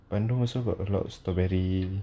bandung also got a lot of strawberry